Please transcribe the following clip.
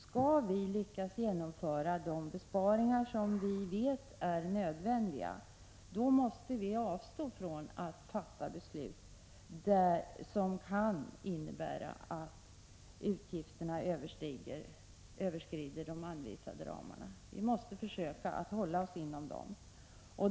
Skall vi lyckas genomföra de besparingar som vi vet är nödvändiga, måste vi avstå från att fatta beslut, som kan innebära att utgifterna överskrider de anvisade ramarna. Vi måste försöka att hålla oss inom dem.